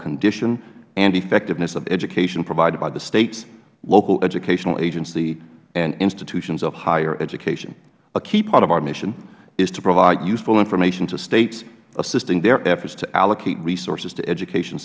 condition and effectiveness of education provided by the states local educational agencies and institutions of higher education a key part of our mission is to provide useful information to states assisting their efforts to allocate resources to education